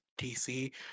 DC